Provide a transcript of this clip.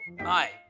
Hi